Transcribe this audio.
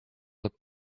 look